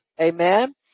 Amen